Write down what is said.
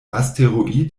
asteroid